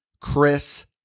Chris